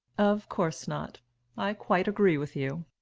of course not i quite agree with you.